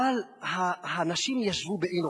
אבל האנשים ישבו באי-נוחות.